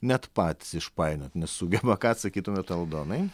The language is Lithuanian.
net patys išpainiot nesugeba ką atsakytumėt aldonai